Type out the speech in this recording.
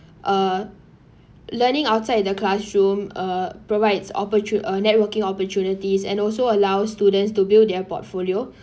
uh learning outside the classroom uh provides opportu~ uh networking opportunities and also allows students to build their portfolio